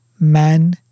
man